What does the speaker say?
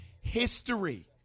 history